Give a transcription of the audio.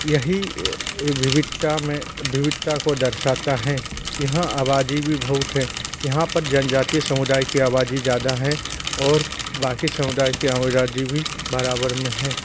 यही विविधता में विविधता को दर्शाता है यहाँ आबादी भी बहुत है यहाँ पर जनजातीय समुदाय की आबादी ज़्यादा है और बाकि समुदाय की आबादी भी बराबर में है